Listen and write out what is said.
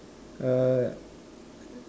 uh